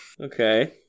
Okay